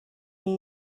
این